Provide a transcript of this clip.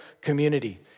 community